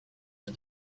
for